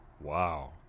Wow